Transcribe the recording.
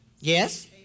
Yes